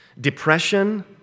depression